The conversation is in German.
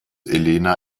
elena